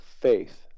faith